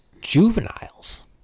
juveniles